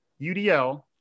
UDL